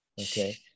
okay